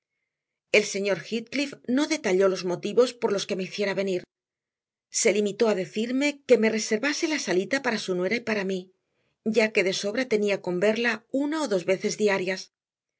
el señor heathcliff no detalló los motivos por los que me hiciera venir se limitó a decirme que me reservase la salita para su nuera y para mí ya que de sobra tenía con verla una o dos veces diarias